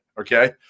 okay